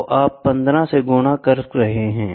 तो आप 15 से गुणा कर रहे हैं